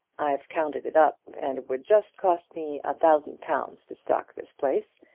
i've counted it up, and it would just cost me a thousand pounds to stock this place.